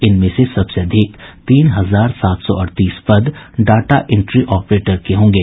इनमें से सबसे अधिक तीन हजार सात सौ अड़तीस पद डाटाइंट्री ऑपरेटर के होंगे